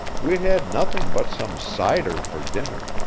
we'd had nothing but some cider for dinner,